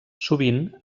sovint